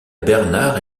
bernard